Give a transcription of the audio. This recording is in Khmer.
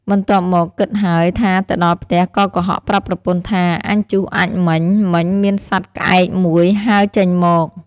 បន្ទាប់មកគិតហើយថាទៅដល់ផ្ទះក៏កុហកប្រាប់ប្រពន្ធថា “អញជុះអាចម៍មិញៗ មានសត្វក្អែកមួយ ហើរចេញមក។